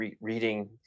reading